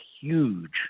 huge